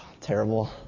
Terrible